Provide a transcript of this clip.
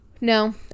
no